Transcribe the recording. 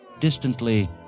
Distantly